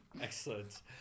excellent